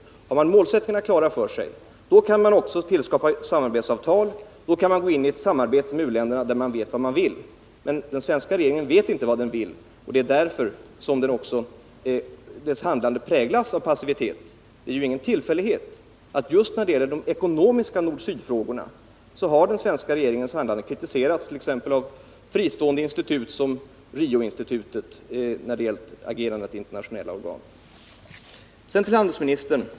Har man målsättningarna klara för sig, kan man också skapa samarbetsavtal. Då kan man gå in i ett samarbete med u-länderna där man vet vad man vill åstadkomma. Men den svenska regeringen vet inte vad den vill, och det är därför som dess handlande präglas av passivitet. När det gäller agerandet i internationella organ är det ju ingen tillfällighet att den svenska regeringens handlande just beträffande de ekonomiska nord-sydfrågorna har kritiserats, t.ex. av fristående institut som RIO-institut. Sedan till handelsministern.